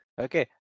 Okay